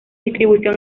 distribución